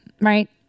Right